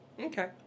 okay